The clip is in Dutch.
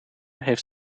heeft